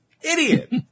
Idiot